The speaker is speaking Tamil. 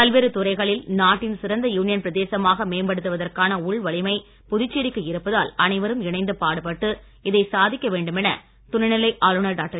பல்வேறு துறைகளில் நாட்டின் சிறந்த யூனியன் பிரதேசமாக மேம்படுவதற்கான உள் வலிமை புதுச்சேரிக்கு இருப்பதால் அனைவரும் இணைந்து பாடுபட்டு இதை சாதிக்க வேண்டுமென துணைநிலை ஆளுநர் டாக்டர்